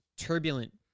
Turbulent